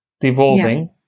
devolving